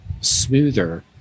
smoother